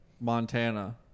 Montana